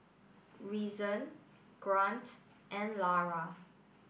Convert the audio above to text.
Reason Grant and Lara